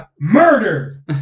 murder